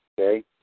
okay